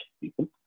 people